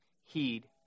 heed